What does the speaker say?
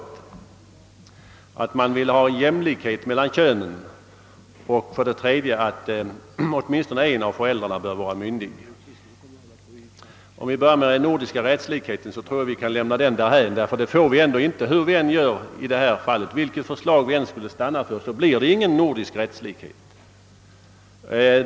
Den andra att man vill ha jämlikhet mellan könen och den tredje att åtminstone en av föräldrarna bör vara myndig. Om vi börjar med den nordiska rättslikheten tror jag att vi kan lämna den därhän. Hur vi än gör, vilket förslag vi än skulle stanna vid, blir det nämligen ingen nordisk rättslikhet.